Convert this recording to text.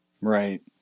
right